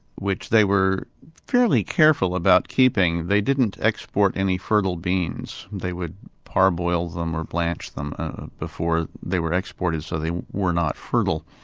which they were fairly careful about keeping. they didn't export any fertile beans they would parboil them or blanch them before they were exported, so they were not fertile.